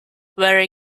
very